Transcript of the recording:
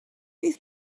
fydd